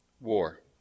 war